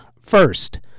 First